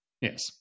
Yes